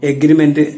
Agreement